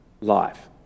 life